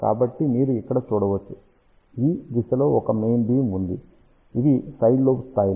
కాబట్టి మీరు ఇక్కడ చూడవచ్చు ఈ దిశలో ఒక మెయిన్ బీమ్ ఉంది ఇవి సైడ్ లోబ్ స్థాయిలు